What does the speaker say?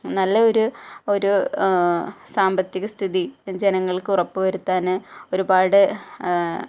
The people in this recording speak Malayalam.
നല്ലൊരു ഒരു സാമ്പത്തിക സ്ഥിതി ജനങ്ങൾക്ക് ഉറപ്പ് വരുത്താന് ഒരുപാട്